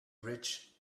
rich